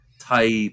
type